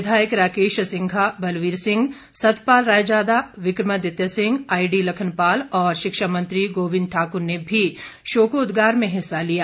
विधायक राकेश सिंघा बलवीर सिंह सतपाल रायजादा विक्रमादित्य सिंह आईडी लखनपाल और शिक्षा मंत्री गोविंद ठाकुर ने भी शोकोदगार में हिस्सा लिया